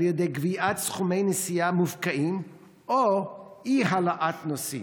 על ידי גביית סכומי נסיעה מופקעים או אי-העלאת נוסעים,